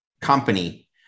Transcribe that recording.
company